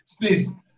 Please